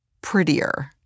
prettier